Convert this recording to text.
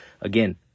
Again